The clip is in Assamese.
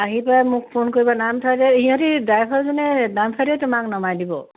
আহি পাই মোক ফোন কৰিবা নামচাইলৈ সিহঁতে ড্ৰাইভাৰজনে নামচাইতে তোমাক নমাই দিব